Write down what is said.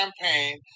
campaign